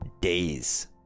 days